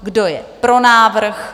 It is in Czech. Kdo je pro návrh?